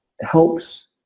helps